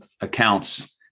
accounts